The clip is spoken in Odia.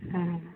ହଁ